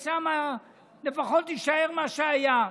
אז שם לפחות יישאר מה שהיה.